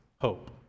hope